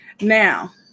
Now